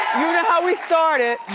how we start it.